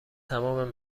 تمام